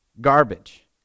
garbage